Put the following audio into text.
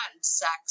sex